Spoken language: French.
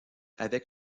avec